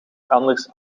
anders